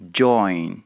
join